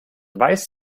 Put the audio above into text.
weiß